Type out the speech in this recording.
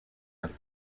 alpes